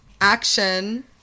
action